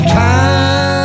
time